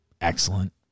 excellent